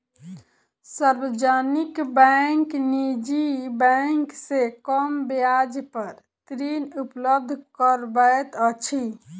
सार्वजनिक बैंक निजी बैंक से कम ब्याज पर ऋण उपलब्ध करबैत अछि